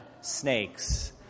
snakes